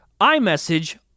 iMessage